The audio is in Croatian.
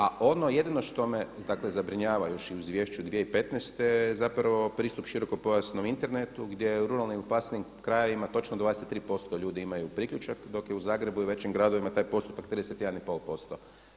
A ono jedino što me zabrinjava još u izvješću 2015. zapravo pristup širokopojasnom internetu gdje u ruralnim i opasnijim krajevima točno 23% ljudi imaju priključak dok je u Zagrebu i u većim gradovima taj postotak 31,5%